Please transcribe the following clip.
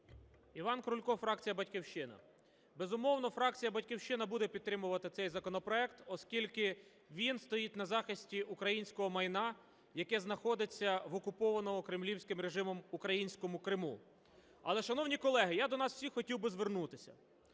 Іван Крулько, фракція "Батьківщина". Безумовно, фракція "Батьківщина" буде підтримувати цей законопроект, оскільки він стоїть на захисті українського майна, яке знаходиться в окупованому кремлівським режимом українському Криму. Але, шановні колеги, я до нас всіх хотів би звернутися.